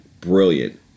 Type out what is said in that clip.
brilliant